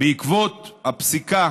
בעקבות הפסיקה